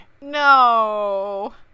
No